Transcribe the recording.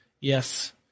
yes